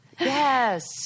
Yes